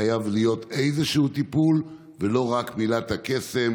חייב להיות איזשהו טיפול, ולא רק מילות הקסם